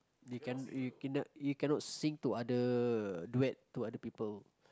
you can you cannot you cannot sing to other duet to other people